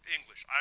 English